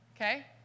Okay